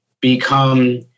become